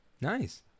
Nice